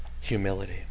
humility